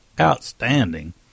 outstanding